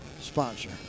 sponsor